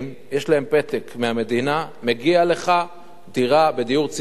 יש להן פתק מהמדינה: מגיעה לך דירה בדיור ציבורי,